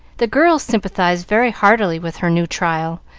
the girls sympathized very heartily with her new trial,